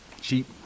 cheap